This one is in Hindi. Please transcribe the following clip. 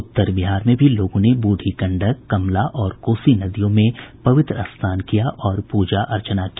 उत्तर बिहार में भी लोगों ने बूढ़ी गंडक कमला और कोसी नदियों में पवित्र स्नान किया और पूजा अर्चना की